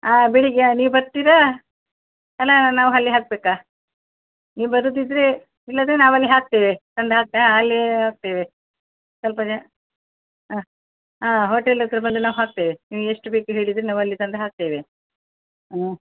ಹಾಂ ಬೆಳಗ್ಗೆ ಹಾಂ ನೀವು ಬರ್ತಿರಾ ಅಲ್ಲಾ ನಾವು ಅಲ್ಲಿ ಹಾಕ್ಬೇಕ ನೀವು ಬರೋದಿದ್ರೆ ಇಲ್ಲದ್ರೆ ನಾವಲ್ಲಿ ಹಾಕ್ತೇವೆ ತಂದು ಹಾಕ್ತೆ ಹಾಂ ಅಲ್ಲೀ ಹಾಕ್ತೇವೆ ಸ್ವಲ್ಪ ದಿನ ಹಾಂ ಹಾಂ ಹೋಟೆಲ್ ಹತ್ತಿರ ಬಂದು ನಾವು ಹಾಕ್ತೇವೆ ನೀವು ಎಷ್ಟು ಬೇಕು ಹೇಳಿದರೆ ನಾವು ಅಲ್ಲಿ ತಂದು ಹಾಕ್ತೇವೆ ಹಾಂ